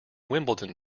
wimbledon